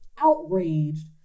outraged